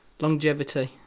longevity